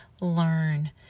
learn